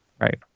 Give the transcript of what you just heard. Right